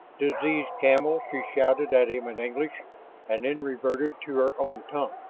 diseased camel she shouted at him in english and then reverted to her own tongue,